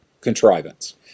contrivance